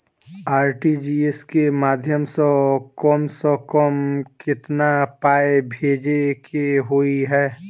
RTGS केँ माध्यम सँ कम सऽ कम केतना पाय भेजे केँ होइ हय?